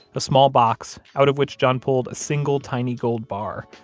a small box out of which john pulled a single tiny gold bar,